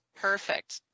Perfect